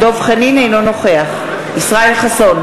אינו נוכח ישראל חסון,